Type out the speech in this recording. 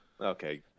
okay